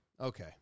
okay